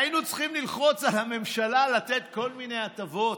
היינו צריכים ללחוץ על הממשלה לתת כל מיני הטבות: